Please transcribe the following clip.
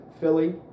Philly